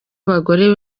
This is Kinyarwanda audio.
abagore